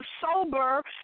sober